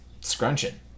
scrunching